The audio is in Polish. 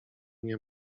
nie